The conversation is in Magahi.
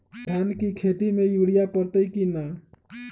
धान के खेती में यूरिया परतइ कि न?